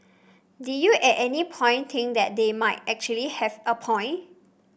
did you at any point think that they might actually have a point